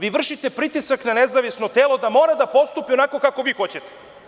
Vi vršite pritisak na nezavisno telo da mora da postupi onako kako vi hoćete.